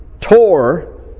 tore